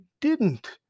didn't